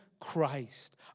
Christ